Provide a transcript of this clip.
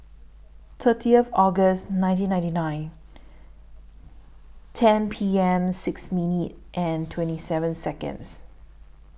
thirtieth August nineteen ninety nine ten P M six minute and twenty seven Seconds